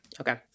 Okay